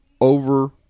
over